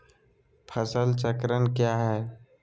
फसल चक्रण क्या है?